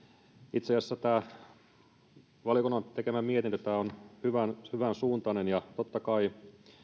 itse asiassa tämä valiokunnan tekemä mietintö on hyvänsuuntainen ja totta kai